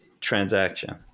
transaction